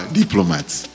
diplomats